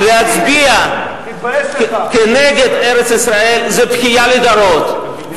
להביא את ארץ-ישראל להצביע כנגד ארץ-ישראל זה בכייה לדורות,